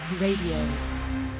Radio